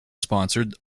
sponsored